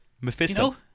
Mephisto